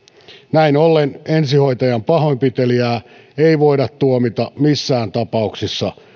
näin ollen ensihoitajan pahoinpitelijää ei voida tuomita missään tapauksissa